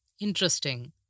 Interesting